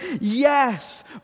Yes